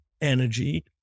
energy